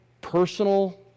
personal